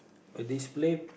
a display